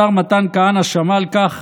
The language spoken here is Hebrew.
השר מתן כהנא שמע על כך